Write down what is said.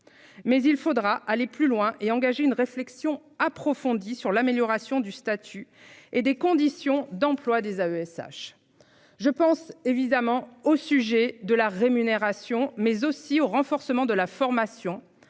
Mais il faudra aller plus loin et engager une réflexion approfondie sur l'amélioration du statut et des conditions d'emploi des AESH. Je pense évidemment au sujet de la rémunération, mais aussi au renforcement de la formation